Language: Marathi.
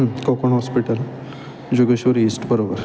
कोकण हॉस्पिटल जोगेश्वरी ईस्ट बरोबर